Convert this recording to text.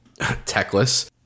techless